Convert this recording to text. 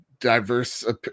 diverse